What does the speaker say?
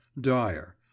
dire